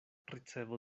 ricevo